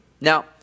Now